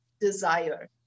desire